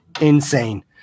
insane